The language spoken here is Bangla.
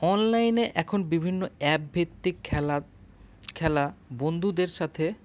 অনলাইনে এখন বিভিন্ন অ্যাপভিত্তিক খেলা খেলা বন্ধুদের সাথে